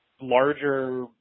larger